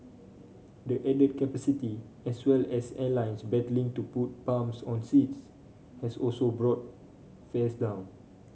the added capacity as well as airlines battling to put bums on seats has also brought fares down